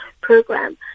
Program